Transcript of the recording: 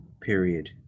Period